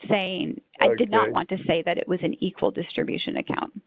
saying i did not want to say that it was an equal distribution account